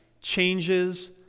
changes